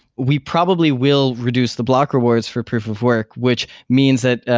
we probably will reduce the block rewards for proof of work, which means that,